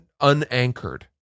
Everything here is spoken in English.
unanchored